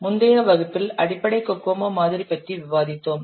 முந்தைய வகுப்பில் அடிப்படை கோகோமோ மாதிரி பற்றி விவாதித்தோம்